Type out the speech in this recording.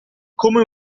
come